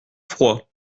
froid